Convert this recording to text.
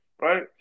right